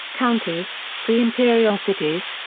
counties, free imperial cities,